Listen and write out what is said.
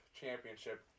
championship